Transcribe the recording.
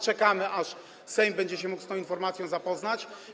Czekamy, aż Sejm będzie mógł się z tą informacją zapoznać.